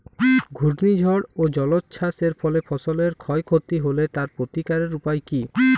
ঘূর্ণিঝড় ও জলোচ্ছ্বাস এর ফলে ফসলের ক্ষয় ক্ষতি হলে তার প্রতিকারের উপায় কী?